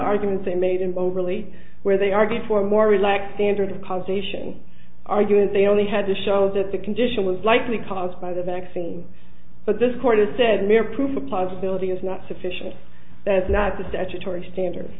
argument they made in overly where they argue for more relaxed standards of cause a sion argument they only had to show that the condition was likely caused by the vaccine but this court has said mere proof a possibility is not sufficient that's not the statutory standard